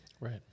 Right